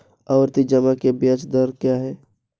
आवर्ती जमा की ब्याज दर क्या है?